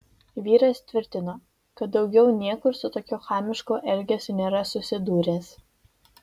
vyras tvirtino kad daugiau niekur su tokiu chamišku elgesiu nėra susidūręs